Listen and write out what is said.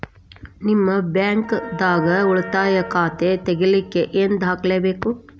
ನಿಮ್ಮ ಬ್ಯಾಂಕ್ ದಾಗ್ ಉಳಿತಾಯ ಖಾತಾ ತೆಗಿಲಿಕ್ಕೆ ಏನ್ ದಾಖಲೆ ಬೇಕು?